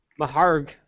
Maharg